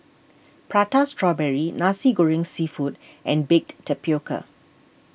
Prata Strawberry Nasi Goreng Seafood and Baked Tapioca